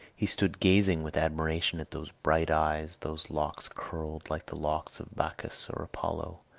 he stood gazing with admiration at those bright eyes, those locks curled like the locks of bacchus or apollo,